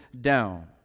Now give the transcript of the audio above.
down